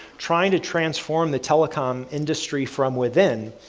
trying to transform the telecom industry from within,